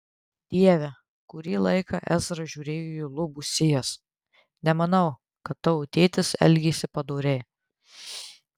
dieve kurį laiką ezra žiūrėjo į lubų sijas nemanau kad tavo tėtis elgėsi padoriai